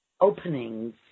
openings